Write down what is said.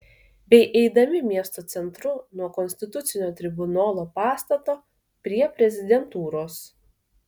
bei eidami miesto centru nuo konstitucinio tribunolo pastato prie prezidentūros